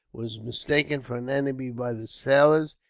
was mistaken for an enemy by the sailors,